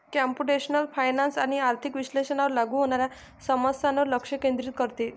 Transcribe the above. computational finance आर्थिक विश्लेषणावर लागू होणाऱ्या समस्यांवर लक्ष केंद्रित करते